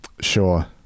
Sure